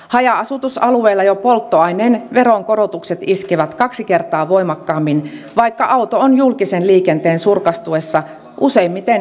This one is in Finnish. haja asutusalueilla jo polttoaineen veronkorotukset iskevät kaksi kertaa voimakkaammin vaikka auto on julkisen liikenteen surkastuessa useimmiten välttämättömyys